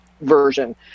version